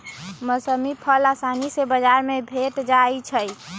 मौसमी फल असानी से बजार में भेंट जाइ छइ